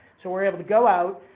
so we're able to go out,